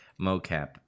mocap